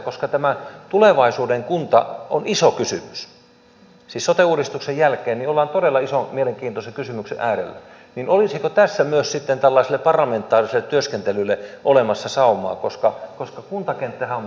koska tämä tulevaisuuden kunta on iso kysymys siis sote uudistuksen jälkeen ollaan todella ison mielenkiintoisen kysymyksen äärellä kysyisinkin oikeastaan ministeriltä olisiko tässä myös sitten tällaiselle parlamentaariselle työskentelylle olemassa saumaa koska kuntakenttähän on meillä yhteinen